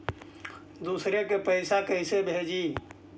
दुसरे के पैसा कैसे भेजी?